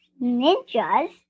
ninjas